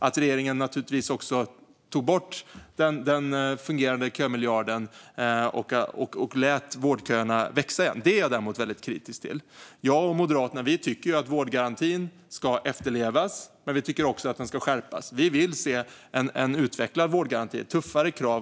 Att regeringen tog bort den fungerande kömiljarden och lät vårdköerna växa igen är jag däremot väldigt kritisk till. Jag och Moderaterna tycker att vårdgarantin ska efterlevas. Men vi tycker också att den ska skärpas. Vi vill se en utvecklad vårdgaranti och tuffare krav.